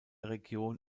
region